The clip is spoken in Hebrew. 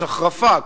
יש החרפה,